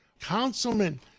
Councilman